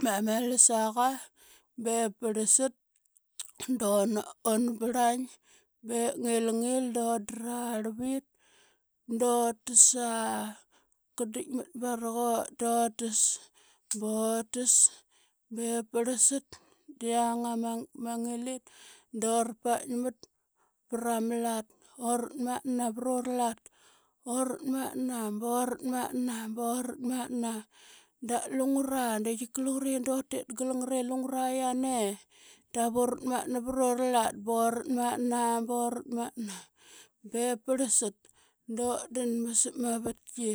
pa ma lasaqa bep parlsat duna, una brlaing be ngingil don dralvit dutas aa. Kadikmat baraqut dotas botas bep parlsat dura paikmat prama lat. Oratmatna varorlat, oratmatna boratmatna, boratmatna da lungura de tika lungure datit gal ngare lungureyiane dav uratmatna varurlat boratmatna, boratmatna. Bep parlsat dutdan ba sap ma vatki.